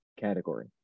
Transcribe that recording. category